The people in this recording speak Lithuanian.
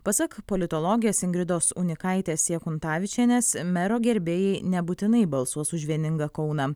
pasak politologės ingridos unikaitės jakuntavičienės mero gerbėjai nebūtinai balsuos už vieningą kauną